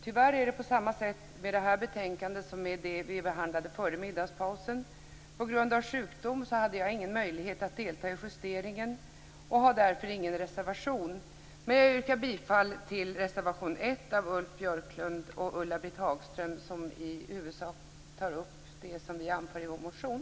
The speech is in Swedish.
Tyvärr är det på samma sätt med detta betänkande som med det vi behandlade före middagspausen. På grund av sjukdom hade jag ingen möjlighet att delta i justeringen och har därför ingen reservation. Men jag yrkar bifall till reservation 1 av Ulf Björklund och Ulla-Britt Hagström, som i huvudsak tar upp det som vi anför i vår motion.